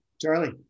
Charlie